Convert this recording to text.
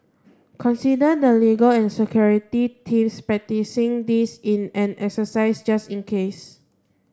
consider the legal and security teams practising this in an exercise just in case